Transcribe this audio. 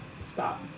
stop